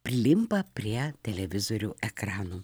prilimpa prie televizorių ekranų